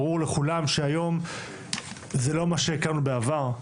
ברור לכולם שהיום זה לא מה שהכרנו בעבר,